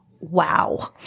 wow